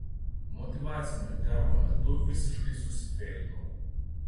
motyvacinio intervo metu visiškai susifeilinau